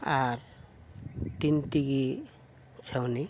ᱟᱨ tin ᱛᱮᱜᱮ ᱪᱷᱟᱹᱣᱱᱤ